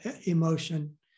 emotion